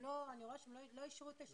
ואני רואה שהם לא אישרו את ההשתתפות שלהם.